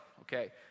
Okay